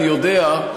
כאן יודע,